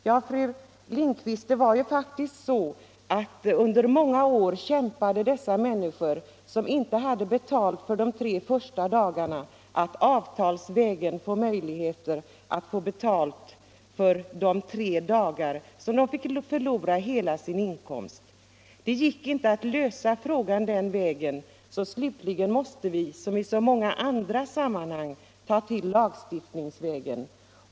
Ja, fru Lindquist, det var ju faktiskt så att dessa människor, som inte hade betalt för de tre första sjukdagarna, i många år kämpade för att avtalsvägen få möjligheter att få betalt även för de tre dagar då de förlorade hela sin inkomst. Det gick inte att lösa frågan den vägen så slutligen måste vi, som i så många andra sammanhang, ta till lagstiftningsvägen.